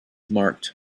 marked